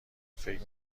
فکر